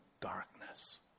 darkness